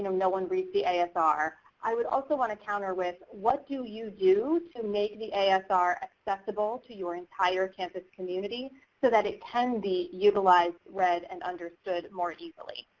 no no one reads the asr, i would also want to counter with what do you do to make the asr accessible to your entire campus community so that it can be utilized, read and understood more easily?